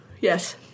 Yes